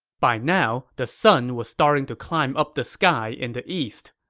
by now, the sun was starting to climb up the sky in the east.